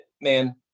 Man